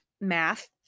math